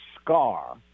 scar